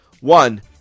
One